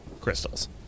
crystals